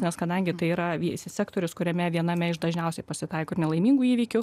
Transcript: nes kadangi tai yra sektorius kuriame viename iš dažniausiai pasitaiko nelaimingų įvykių